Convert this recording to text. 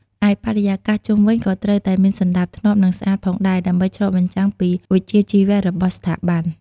ឯបរិយាកាសជុំវិញក៏ត្រូវតែមាន សណ្តាប់ធ្នាប់ និងស្អាតផងដែរ ដើម្បីឆ្លុះបញ្ចាំងពីវិជ្ជាជីវៈរបស់ស្ថាប័ន។